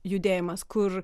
judėjimas kur